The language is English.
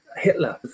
Hitler